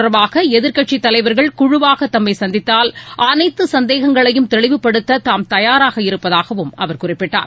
தொடர்பாக எதிர்க்கட்சித்தலைவர்கள் குழுவாக இத தம்மை சந்தித்தால் அனைத்க சந்தேகங்களையும் தெளிவுபடுத்த தாம் தயாராக இருப்பதாகவும் அவர் குறிப்பிட்டார்